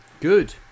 Good